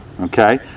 okay